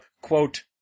quote